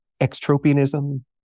extropianism